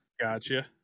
Gotcha